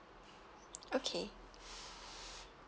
okay